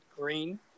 Green